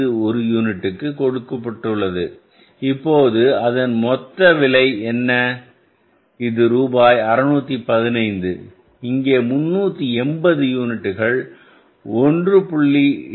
5 ஒரு யூனிட்டுக்கு என்று கொடுக்கப்பட்டுள்ளது இப்போது அதன் மொத்த விலை என்ன இது ரூபாய் 615 இங்கே 380 யூனிட்டுகள் 1